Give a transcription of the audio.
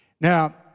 Now